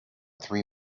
three